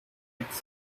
its